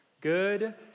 good